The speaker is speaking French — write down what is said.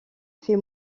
fait